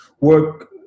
work